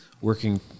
working